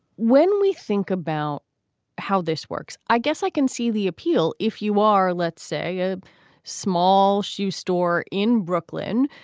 when we think about how this works, i guess i can see the appeal if you are, let's say, a small shoe store in brooklyn,